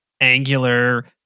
Angular